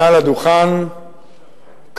מעל הדוכן,